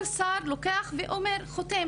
כל שר לוקח וחותם,